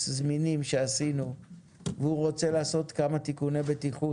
זמינים שעשינו והוא רוצה לעשות כמה תיקוני בטיחות,